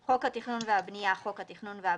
; "חוק התכנון והבנייה" חוק התכנון והבנייה,